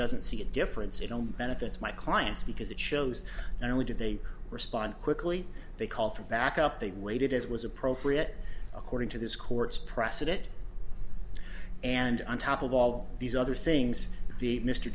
doesn't see a difference it only benefits my clients because it shows not only did they respond quickly they call for backup they waited as was appropriate according to this court's precedent and on top of all these other things the mr